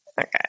Okay